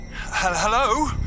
Hello